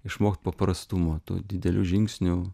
išmokt paprastumo tų didelių žingsnių